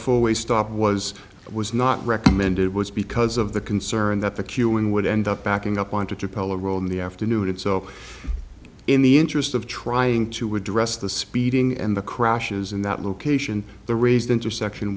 four way stop was it was not recommended was because of the concern that the queueing would end up backing up wanted to pella roll in the afternoon and so in the interest of trying to address the speeding and the crashes in that location the raised intersection